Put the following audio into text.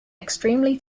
extremely